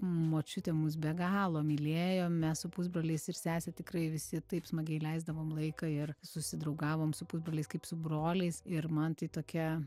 močiutė mus be galo mylėjo mes su pusbroliais ir sese tikrai visi taip smagiai leisdavom laiką ir susidraugavom su pusbroliais kaip su broliais ir man tai tokia